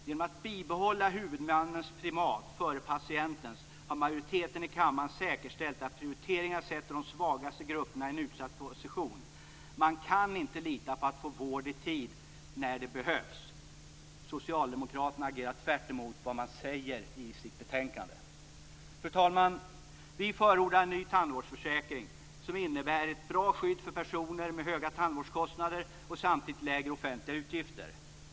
Genom att bibehålla huvudmannens primat före patientens har majoriteten i kammaren säkerställt att prioriteringar sätter de svagaste grupperna i en utsatt position. Man kan inte lita på att få vård i tid när det behövs. Socialdemokraterna agerar tvärtemot vad de säger i sitt betänkande. Fru talman! Vi förordar en ny tandvårdsförsäkring som innebär ett bra skydd för personer med höga tandvårdskostnader och samtidigt lägre offentliga utgifter.